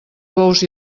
bous